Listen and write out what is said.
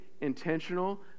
intentional